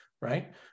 right